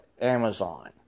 Amazon